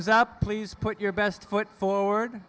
is up please put your best foot forward